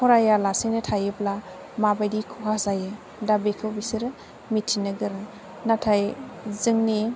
फरायालासेनो थायोब्ला माबादि खहा जायो दा बिखौ बिसोरो मिथिनो गोरों नाथाय जोंनि